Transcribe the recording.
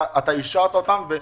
אתה אישרת אותן,